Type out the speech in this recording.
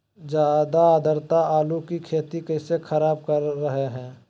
ज्यादा आद्रता आलू की खेती कैसे खराब कर रहे हैं?